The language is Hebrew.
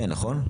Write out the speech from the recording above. כן, נכון?